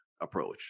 approach